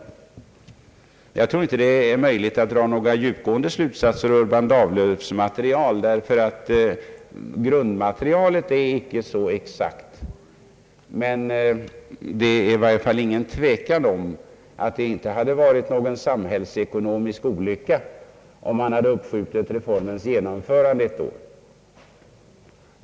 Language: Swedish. Jag tror inte att det är möjligt att dra några djupgående slutsatser av Urban Dahllöfs material, ty grundmaterialet är inte tillräckligt exakt. Men det är ingen tvekan om att det inte varit någon sam hällsekonomisk olycka om man uppskjutit reformens genomförande ett år.